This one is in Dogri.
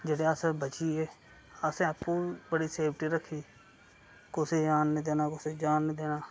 जेह्ड़े अस बची गे आहै आपूं बड़ी सेफ्टी रक्खी कुसै ई आन नी देना कुसै ई जान नी देना